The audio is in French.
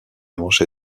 manche